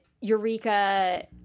Eureka